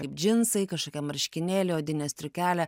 kaip džinsai kažkokie marškinėliai odinė striukelė